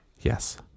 Yes